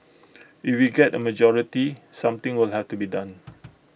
if we get A majority something will have to be done